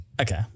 Okay